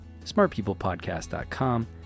smartpeoplepodcast.com